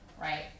right